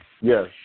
Yes